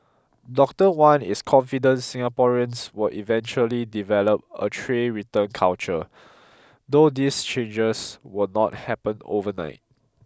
Doctor Wan is confident Singaporeans will eventually develop a tray return culture though these changes will not happen overnight